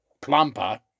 plumper